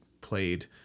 played